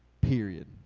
Period